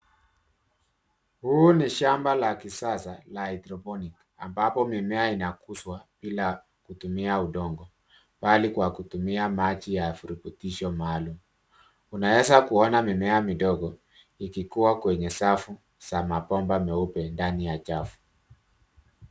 Huu ni shamba la kisasa la Haidroponik ambapo mimea inakuzwa bila kutumia udongo bali kwa kutumia maji ya virutuisho maalum. Unaeza kuona mimea midogo ikikuwa kwenye safu za mabomba meupe ndani ya chafu.